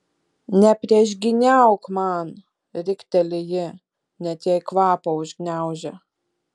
nepriešgyniauk man rikteli ji net jai kvapą užgniaužia